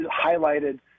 highlighted